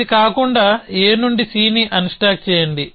ఇది కాకుండా a నుండి cని అన్స్టాక్ చేయండి